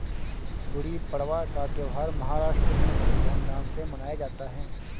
गुड़ी पड़वा का त्यौहार महाराष्ट्र में बहुत धूमधाम से मनाया जाता है